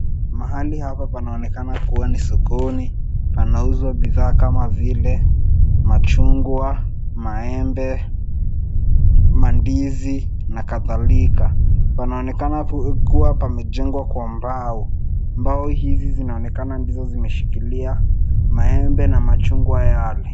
Mahali hapa panaonekana kuwa ni sokoni. Panauzwa bidhaa kama vile machungwa, maembe, mandizi na kadhalika. Panaonekana kuwa pamejengwa kwa mbao . Mbao hizi zinaonekana ndizo zimeshikilia maembe na machungwa yale.